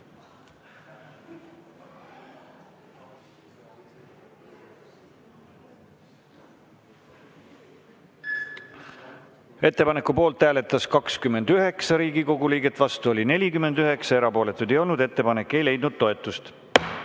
Ettepaneku poolt hääletas 34 Riigikogu liiget, vastu 49, erapooletuid ei olnud. Ettepanek ei leidnud toetust.